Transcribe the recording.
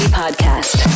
podcast